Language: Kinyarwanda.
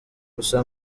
gusa